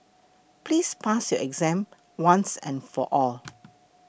please pass your exam once and for all